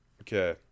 Okay